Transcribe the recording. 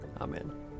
Amen